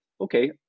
okay